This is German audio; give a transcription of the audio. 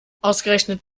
ausgerechnet